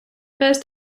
first